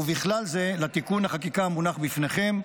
ובכלל זה לתיקון החקיקה המונח בפניכם.